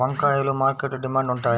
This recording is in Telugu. వంకాయలు మార్కెట్లో డిమాండ్ ఉంటాయా?